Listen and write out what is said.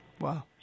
Wow